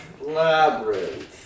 Labyrinth